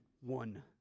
one